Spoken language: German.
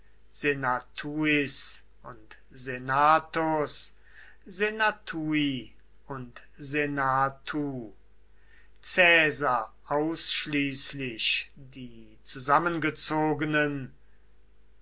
und senatu caesar ausschließlich die zusammengezogenen